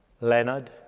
Leonard